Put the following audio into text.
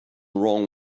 wrong